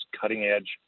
cutting-edge